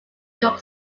york